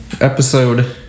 episode